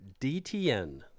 DTN